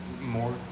more